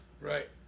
Right